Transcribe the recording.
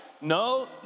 No